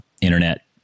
internet